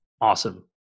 awesome